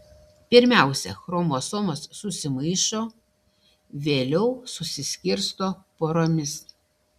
pirmiausia chromosomos susimaišo vėliau susiskirsto poromis